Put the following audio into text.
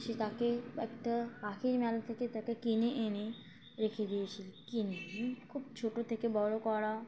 সে তাকে একটা পাখির মেলা থেকে তাকে কিনে এনে রেখে দিয়েছিল কিনে খুব ছোটো থেকে বড়ো করা